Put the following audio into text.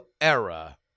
era